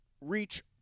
Reach